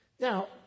Now